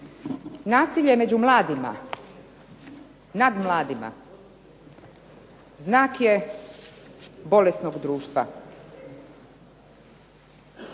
Nasilje među mladima, nad mladima znak je bolesnog društva.